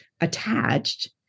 attached